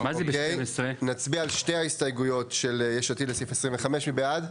‬‬‬‬‬ נצביע על שתי ההסתייגויות של יש עתיד לסעיף 25. מי בעד?